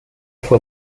fue